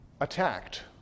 attacked